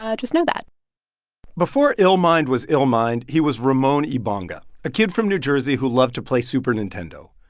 ah just know that before illmind was illmind, he was ramon ibanga, a kid from new jersey who loved to play super nintendo.